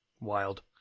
Wild